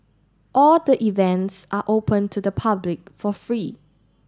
all the events are open to the public for fee